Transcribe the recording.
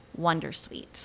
wondersuite